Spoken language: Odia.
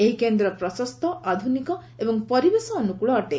ଏହି କେନ୍ଦ୍ର ପ୍ରଶସ୍ତ ଆଧୁନିକ ଏବଂ ପରିବେଶ ଅନୁକୂଳ ଅଟେ